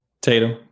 Tatum